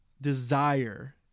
desire